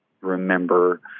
remember